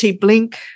Blink